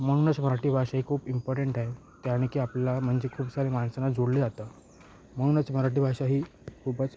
म्हणूनच मराठी भाषा ही खूप इम्पॉटंट आहे त्याने की आपल्याला म्हणजे खूप सारे माणसांना जोडले जातं म्हणूनच मराठी भाषा ही खूपच